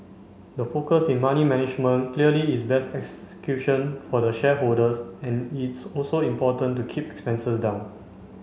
the focus in money management clearly is best execution for the shareholders and it's also important to keep expenses down